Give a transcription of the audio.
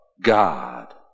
God